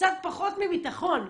קצת פחות מביטחון.